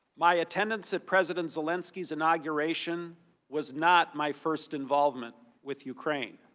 my attendance at president zelensky's inauguration was not my first involvement with ukraine.